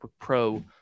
Pro